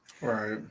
Right